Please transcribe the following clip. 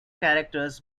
characters